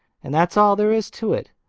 and that's all there is to it.